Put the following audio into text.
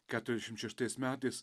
keturiasdešimt šeštais metais